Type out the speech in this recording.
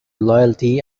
loyalty